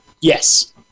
Yes